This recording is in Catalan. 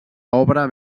obra